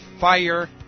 fire